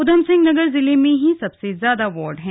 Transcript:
उघमसिंहनगर जिले में ही सबसे ज्यादा वॉर्ड हैं